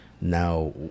Now